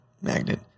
Magnet